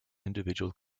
individual